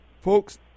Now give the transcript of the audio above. Folks